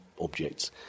objects